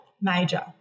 major